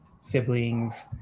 siblings